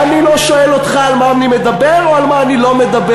ואני לא שואל אותך על מה אני מדבר או על מה אני לא מדבר.